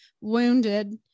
wounded